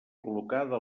col·locada